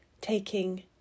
taking